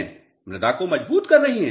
छात्र मृदा को मजबूत कर रही हैं